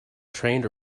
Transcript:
trained